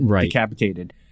decapitated